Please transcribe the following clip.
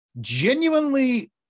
genuinely